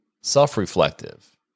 self-reflective